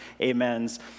amens